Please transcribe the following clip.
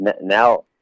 Now